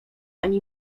ani